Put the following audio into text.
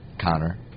Connor